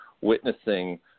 witnessing